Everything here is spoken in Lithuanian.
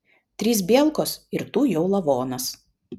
trys bielkos ir tu jau lavonas